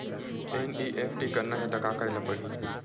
NEFT करना हे त का करे ल पड़हि?